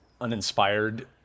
uninspired